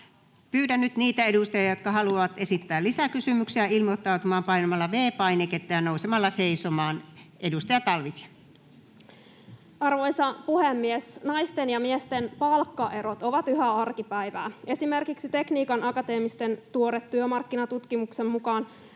Pyydän nyt niitä edustajia, jotka haluavat esittää lisäkysymyksiä, ilmoittautumaan painamalla V-painiketta ja nousemalla seisomaan. — Edustaja Talvitie. Arvoisa puhemies! Naisten ja miesten palkkaerot ovat yhä arkipäivää. Esimerkiksi Tekniikan akateemisten tuoreen työmarkkinatutkimuksen mukaan